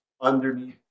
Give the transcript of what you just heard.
underneath